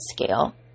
scale